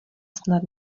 snad